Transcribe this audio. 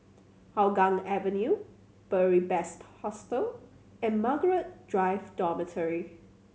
Hougang Avenue Beary Best Hostel and Margaret Drive Dormitory